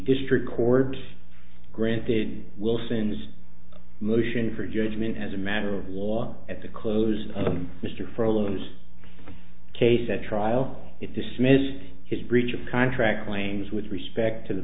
district court granted wilson's motion for judgment as a matter of law at the close of mr furloughs case at trial it dismissed his breach of contract claims with respect to the